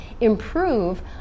improve